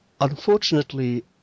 Unfortunately